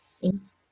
Yes